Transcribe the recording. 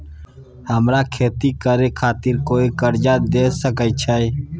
हमरा खेती करे खातिर कोय कर्जा द सकय छै?